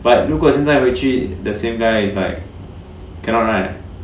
but 如果现在回去 the same guy is like cannot right